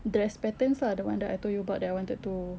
dress patterns lah the one that I told you about that I wanted to